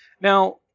Now